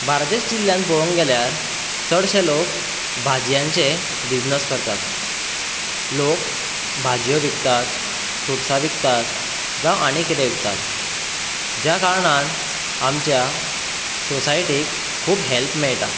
बार्देस जिल्ल्यांत पळोवंक गेल्यार चडशे लोक भाज्यांचे बिझनेस करतात लोक भाज्यो विकतात फ्रुटसा विकतात जावं आनी कितें विकतात ज्या कारणान आमच्या सोसायटीक खूब हेल्प मेळटा